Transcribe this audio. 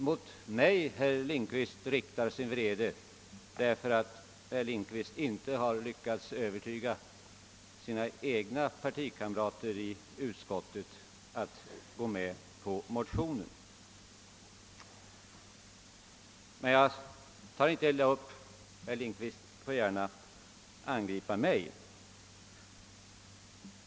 Riktar herr Lindkvist sin vrede mot mig därför att han inte har lyckats övertyga sina egna partikamrater i utskottet om att de skulle tillstyrka motionen? Hur som helst tar jag inte illa upp — herr Lindkvist får gärna angripa mig.